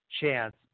chance